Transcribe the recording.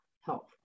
health